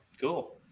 Cool